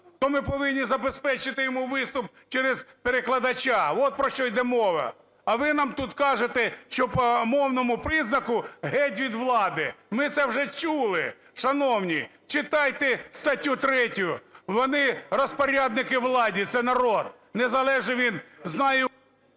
То ми повинні забезпечити йому виступ через перекладача. Вот, про що йде мова. А ви нам тут кажете, що по мовному признаку геть від влади. Ми це вже чули, шановні, читайте статтю 3. Вони, розпорядники у владі – це народ, незалежно він знає…